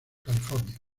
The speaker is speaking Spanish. california